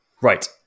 right